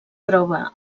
troba